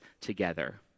together